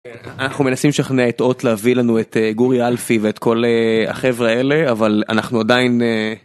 אנחנו מנסים לשכנע את הוט להביא לנו את גורי אלפי ואת כל החבר'ה האלה אבל אנחנו עדיין